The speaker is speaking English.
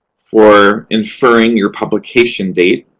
for inferring your publication date.